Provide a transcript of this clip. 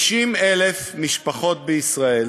50,000 משפחות בישראל